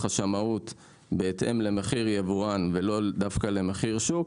השמאות בהתאם למחיר יבואן ולא דווקא למחיר שוק,